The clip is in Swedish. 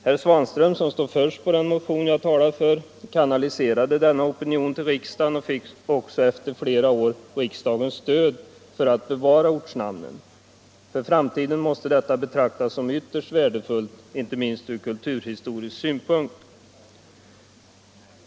Herr Svanström, som står först på den motion jag talar för, kanaliserade denna opinion till riksdagen och fick också efter flera år riksdagens stöd för att bevara ortnamnen. För framtiden måste detta betraktas som ytterst värdefullt, inte minst från kulturhistorisk synpunkt.